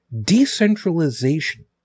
decentralization